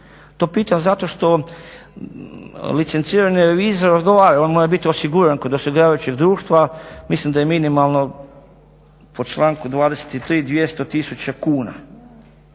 To pitam zato što licencirani revizor odgovara, on mora biti osiguran kod osiguravajućeg društva, mislim da je minimalno po članku 23. 200000 kuna,